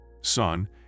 Son